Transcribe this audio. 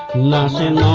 last in